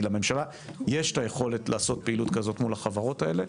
כי לממשלה יש את היכולת לעשות פעילות כזו מול החברות האלה,